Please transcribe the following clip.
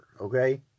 okay